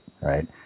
right